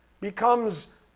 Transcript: becomes